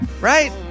Right